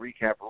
Recap